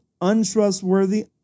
untrustworthy